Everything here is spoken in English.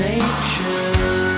Nature